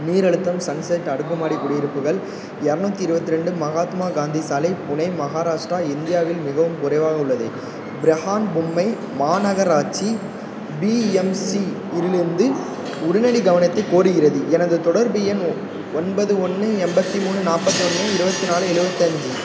நீர் அழுத்தம் சன்செட் அடுக்குமாடி குடியிருப்புகள் இரநூத்தி இருபத்தி ரெண்டு மகாத்மா காந்தி சாலை புனே மகாராஷ்டிரா இந்தியாவில் மிகவும் குறைவாக உள்ளது பிரஹான்மும்பை மாநகராட்சி பிஎம்சியிலிருந்து உடனடி கவனத்தை கோருகிறது எனது தொடர்பு எண் ஒ ஒன்பது ஒன்று எண்பத்தி மூணு நாற்பத்தி ஒன்று இருபத்தி நாலு எழுவத்தஞ்சி